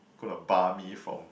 gonna bar me from